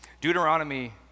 Deuteronomy